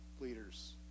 leaders